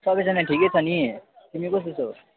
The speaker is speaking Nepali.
सबैजना ठिकै छ नि तिमी कस्तो छौ